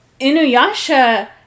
Inuyasha